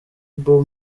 bob